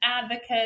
advocates